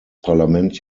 parlament